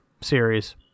series